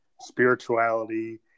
spirituality